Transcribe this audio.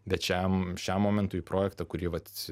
bet šiam šiam momentui projektą kurį vat